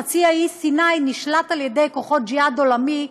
חצי האי סיני נשלט על ידי כוחות ג'יהאד עולמי,